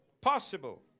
Possible